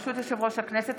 ברשות יושב-ראש הכנסת,